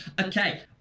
Okay